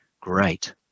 great